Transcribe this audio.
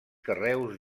carreus